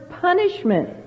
punishment